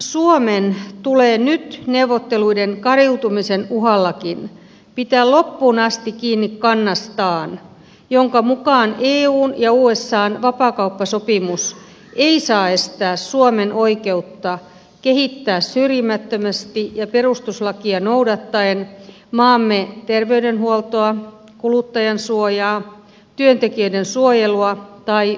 suomen tulee nyt neuvotteluiden kariutumisen uhallakin pitää loppuun asti kiinni kannastaan jonka mukaan eun ja usan vapaakauppasopimus ei saa estää suomen oikeutta kehittää syrjimättömästi ja perustuslakia noudattaen maamme terveydenhuoltoa kuluttajansuojaa työntekijöiden suojelua tai ympäristönsuojelua